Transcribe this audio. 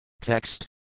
TEXT